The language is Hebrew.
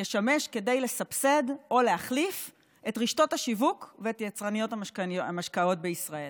ישמשו כדי לסבסד או להחליף את רשתות השיווק ואת יצרניות המשקאות בישראל.